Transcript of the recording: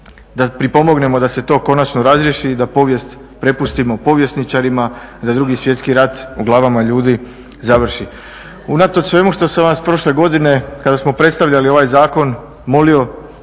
da pripomognemo da se to konačno razriješi i da povijest prepustimo povjesničarima, da Drugi svjetski rat u glavama ljudi završi. Unatoč svemu što sam vas prošle godine kada smo predstavljali ovaj zakon molio,